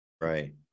right